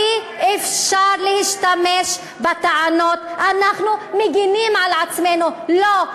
אי-אפשר להשתמש בטענות "אנחנו מגינים על עצמנו"; לא,